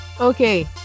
okay